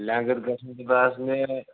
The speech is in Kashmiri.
لینٛگٕتھ گژھِ نہٕ تتھ آسٕنۍ اَسہِ